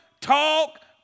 talk